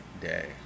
day